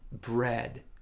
bread